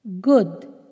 good